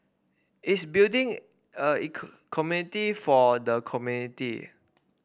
it's building a community for the community